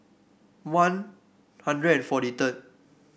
One Hundred forty third